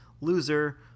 loser